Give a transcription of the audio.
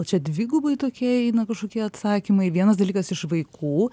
čia dvigubai tokie eina kažkokie atsakymai vienas dalykas iš vaikų